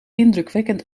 indrukwekkend